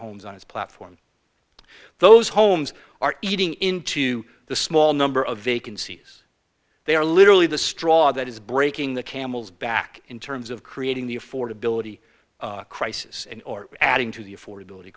homes on its platform those homes are eating into the small number of vacancies they are literally the straw that is breaking the camel's back in terms of creating the affordability crisis and or adding to the affordab